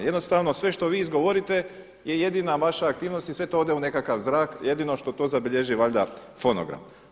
Jednostavno sve što vi izgovorite je jedina vaša aktivnost i sve to ode u nekakav zrak jedino što to zabilježi valjda fonogram.